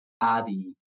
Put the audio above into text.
Adi